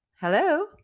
hello